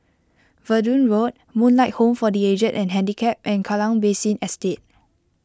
Verdun Road Moonlight Home for the Aged and Handicapped and Kallang Basin Estate